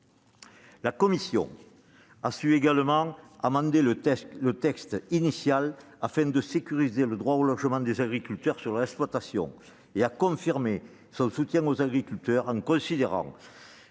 La commission a également amendé le texte initial afin de sécuriser le droit au logement des agriculteurs sur leur exploitation. Elle a confirmé son soutien aux agriculteurs en considérant